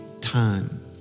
time